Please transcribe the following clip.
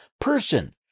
person